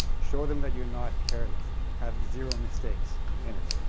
show them that you're not careless, have zero mistakes in it.